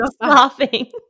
laughing